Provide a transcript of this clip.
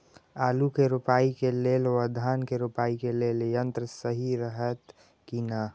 आलु के रोपाई के लेल व धान के रोपाई के लेल यन्त्र सहि रहैत कि ना?